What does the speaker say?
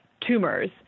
tumors